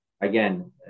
again